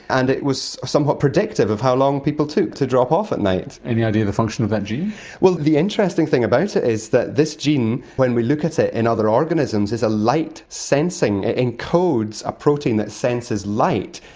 and it was somewhat predictive of how long people took to drop off at night. any idea of the function of that gene? well, the interesting thing about it is that this gene when we look at so it in and other organisms is light sensing it encodes ah protein that senses light.